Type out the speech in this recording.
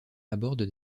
aborde